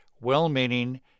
well-meaning